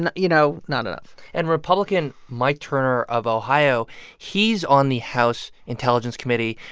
and you know, not enough and republican mike turner of ohio he's on the house intelligence committee.